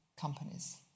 companies